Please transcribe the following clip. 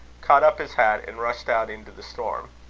caught up his hat, and rushed out into the storm.